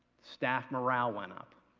staff morale went up.